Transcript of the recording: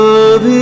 Love